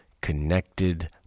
connected